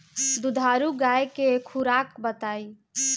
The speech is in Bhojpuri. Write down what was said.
दुधारू गाय के खुराक बताई?